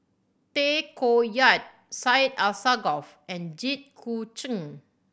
Tay Koh Yat Syed Alsagoff and Jit Koon Ch'ng